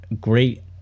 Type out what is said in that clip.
great